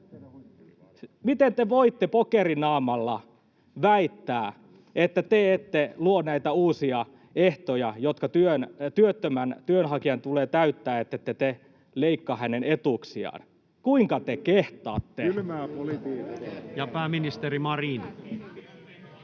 Miten te voitte pokerinaamalla väittää, että te ette luo näitä uusia ehtoja, jotka työttömän työnhakijan tulee täyttää, ettette te leikkaa hänen etuuksiaan? Kuinka te kehtaatte? [Oikealta: Kylmää politiikkaa!] Ja pääministeri Marin.